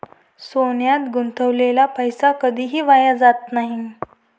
सोन्यात गुंतवलेला पैसा कधीही वाया जात नाही